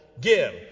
Give